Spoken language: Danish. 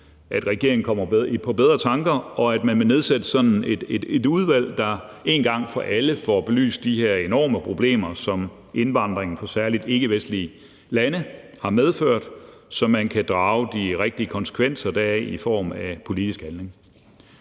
at regeringen kommer på bedre tanker, og at man vil nedsætte sådan et udvalg, der en gang for alle får belyst de her enorme problemer, som indvandringen fra særlig ikkevestlige lande har medført, så man kan drage de rigtige konsekvenser deraf i form af politisk handling.